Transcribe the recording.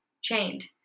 chained